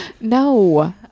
No